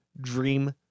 dream